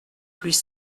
plus